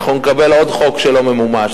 אנחנו נקבל עוד חוק שלא ממומש.